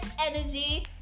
energy